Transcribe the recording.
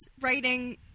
writing